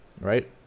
right